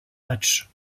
matchs